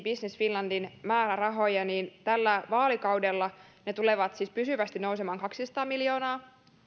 business finlandin määrärahoja niin tällä vaalikaudella ne tulevat siis pysyvästi nousemaan kaksisataa miljoonaa